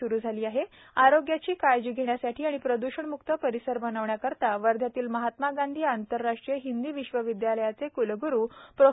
सुरु आरोग्याची काळजी घेण्यासाठी आणि प्रद्षण म्क्त परिसर बनविण्याकरिता वध्यातील महात्मा गांधी आंतरराष्ट्रीय हिंदी विश्वविद्यालयाचे क्लग््रु प्रो